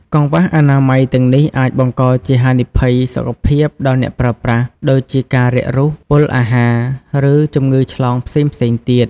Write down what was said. កង្វះអនាម័យទាំងនេះអាចបង្កជាហានិភ័យសុខភាពដល់អ្នកប្រើប្រាស់ ដូចជាការរាករូស ពុលអាហារ ឬជំងឺឆ្លងផ្សេងៗទៀត។